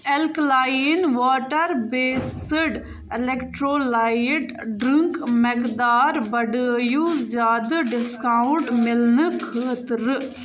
alkaline water based electrolyte drink مؠقدار بڑٲیِو زیادٕ ڈِسکاوُنٛٹ میلنہٕ خٲطرٕ